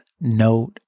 note